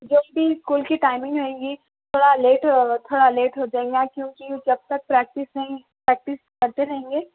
جو بھی اسکول کی ٹائمنگ رہیں گی تھوڑا لیٹ ہو تھوڑا لیٹ ہو جائیں گا کیونکہ وہ جب تک پریکٹس نہیں پریکٹس کرتے رہیں گے